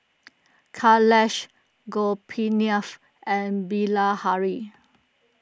Kailash Gopinaph and Bilahari